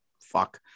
Fuck